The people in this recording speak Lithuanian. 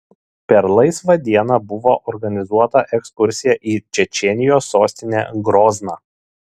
per laisvą dieną buvo organizuota ekskursija į čečėnijos sostinę grozną